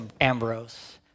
Ambrose